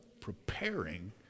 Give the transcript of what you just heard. preparing